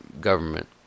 government